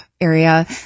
area